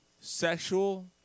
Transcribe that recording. Sexual